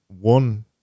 one